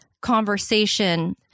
conversation